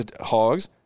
hogs